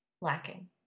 lacking